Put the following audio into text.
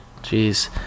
Jeez